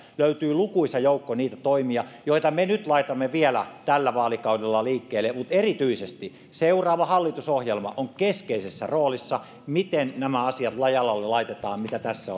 löytyy lukuisa joukko niitä toimia joita me nyt laitamme vielä tällä vaalikaudella liikkeelle mutta erityisesti seuraava hallitusohjelma on keskeisessä roolissa miten nämä asiat jalalle laitetaan mitä tässä